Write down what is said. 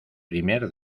primer